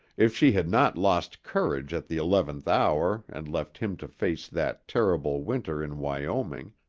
if she had not lost courage at the eleventh hour and left him to face that terrible winter in wyoming,